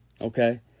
Okay